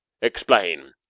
Explain